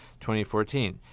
2014